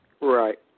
Right